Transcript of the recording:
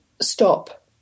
stop